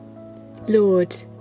Lord